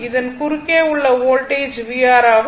இதன் குறுக்கே உள்ள வோல்டேஜ் vR ஆகும்